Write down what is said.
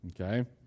Okay